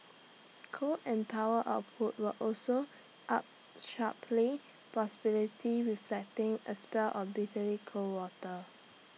coal and power output were also up sharply possibility reflecting A spell of bitterly cold water